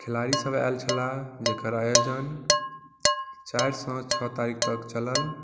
खेलाड़ी सब आयल छला जेकर आयोजन चारिसँ छओ तारिक तक चलल